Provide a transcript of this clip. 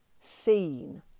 seen